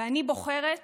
ואני בוחרת